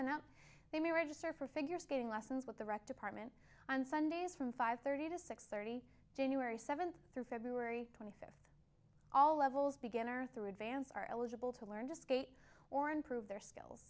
they may register for figure skating lessons with the rec department on sundays from five thirty to six thirty january seventh through february twenty fifth all levels beginner through advance are eligible to learn to skate or improve